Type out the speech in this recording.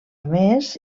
més